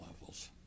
levels